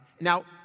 now